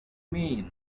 mean